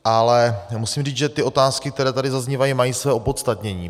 Ale musím říct, že ty otázky, které tady zaznívají, mají své opodstatnění.